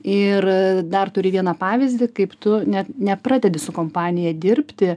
ir dar turi vieną pavyzdį kaip tu net nepradedi su kompanija dirbti